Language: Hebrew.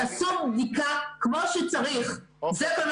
תעשו בדיקה כמו שצריך, זה כל מה שאני דורשת.